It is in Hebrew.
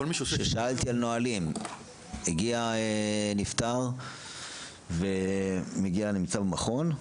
כששאלתי על נהלים, הגיע נפטר ומגיע, נמצא במכון,